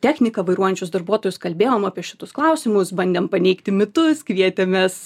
techniką vairuojančius darbuotojus kalbėjom apie šitus klausimus bandėm paneigti mitus kvietėmės